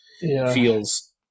feels